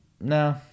no